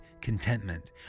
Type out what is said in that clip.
contentment